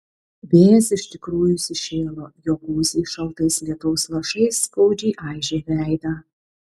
vėjas iš tikrųjų įsišėlo jo gūsiai šaltais lietaus lašais skaudžiai aižė veidą